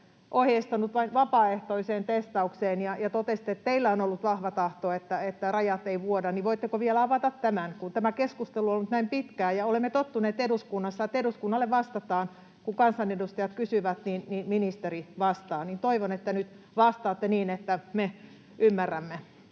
ohjeistanut vain vapaaehtoiseen testaukseen, ja totesitte, että teillä on ollut vahva tahto, että rajat eivät vuoda. Voitteko vielä avata tämän? Kun tämä keskustelu on ollut näin pitkään ja olemme tottuneet eduskunnassa, että eduskunnalle vastataan — kun kansanedustajat kysyvät, ministeri vastaa — niin toivon, että nyt vastaatte niin, että me ymmärrämme,